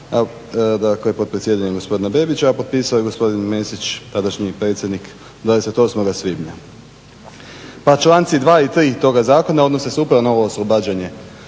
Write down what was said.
dakle pod predsjedanjem gospodina Bebića potpisao je gospodin Mesić tadašnji predsjednik 28. svibnja pa članci 2. i 3. toga zakona odnose se upravo na ovo oslobađanje